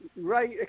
right